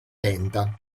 lenta